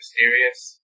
mysterious